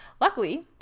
Luckily